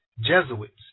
Jesuits